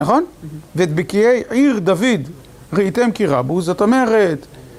נכון? ואת בקיעי עיר דוד ראיתם כי רבו זאת אומרת